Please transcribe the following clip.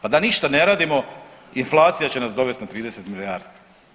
Pa da ništa ne radimo inflacija će nas dovesti do 30 milijardi.